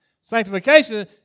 Sanctification